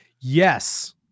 Yes